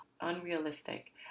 unrealistic